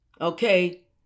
okay